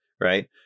right